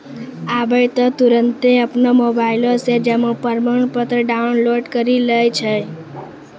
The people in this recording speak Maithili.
आबै त तुरन्ते अपनो मोबाइलो से जमा प्रमाणपत्र डाउनलोड करि लै छै